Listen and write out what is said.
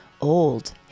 old